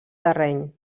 terreny